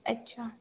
अच्छा